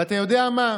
ואתה יודע מה,